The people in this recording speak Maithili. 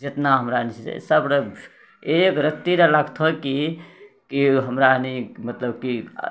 जितना हमरारि छै सभरे एक रत्ती नहि लगतौ कि कि हमरा एनि मतलब कि